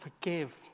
forgive